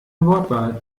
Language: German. wortwahl